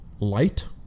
Light